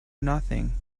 nothing